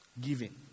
Giving